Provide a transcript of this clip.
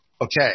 Okay